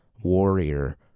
warrior